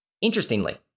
Interestingly